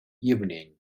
evening